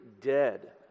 dead